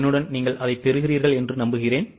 என்னுடன் அதைப் பெற முடியுமா